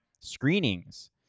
screenings